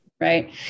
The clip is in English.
Right